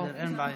אין בעיה.